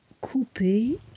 couper